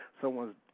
someone's